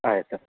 ಆಯ್ತು